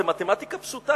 זו מתמטיקה פשוטה.